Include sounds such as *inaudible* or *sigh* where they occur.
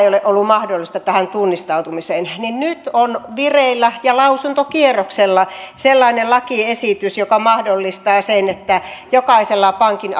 *unintelligible* ole ollut mahdollisuutta tähän tunnistautumiseen niin nyt on vireillä ja lausuntokierroksella sellainen lakiesitys joka mahdollistaa sen että jokaisella pankin *unintelligible*